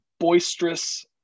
boisterous